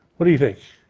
what do you think?